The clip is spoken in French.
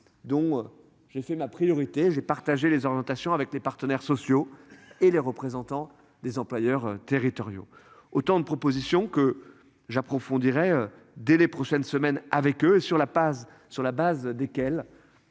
dont j'ai fait ma priorité. J'ai partagé les orientations avec les partenaires sociaux et les représentants des employeurs territoriaux. Autant de propositions que j'approfondir. Dès les prochaines semaines avec eux sur la base, sur la